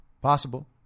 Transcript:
possible